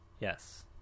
Yes